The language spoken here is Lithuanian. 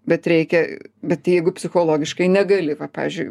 bet reikia bet jeigu psichologiškai negali pavyzdžiui